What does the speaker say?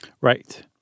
Right